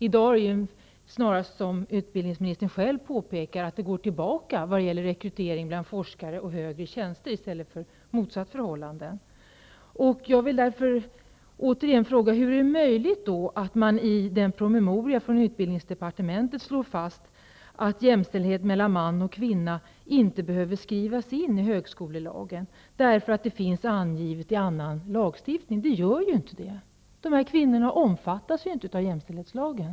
I dag är det snarast så, som utbildningsministern själv påpekar, att det går tillbaka när det gäller rekrytering bland forskare och högre tjänster i stället för det motsatta förhållandet. Jag vill återigen fråga hur det är möjligt att man i en promemoria från utbildningsdepartementet slår fast att jämställdhet mellan man och kvinna inte behöver skrivas in i högskolelagen därför att det finns angivet i annan lagstiftning. Det gör ju inte det. Dessa kvinnor omfattas inte av jämställdhetslagen.